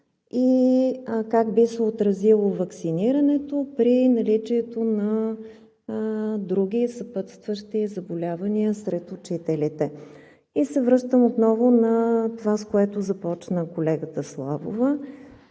и как би се отразило ваксинирането при наличието на други съпътстващи заболявания сред учителите. Връщам се отново на това, с което започна колегата Славова,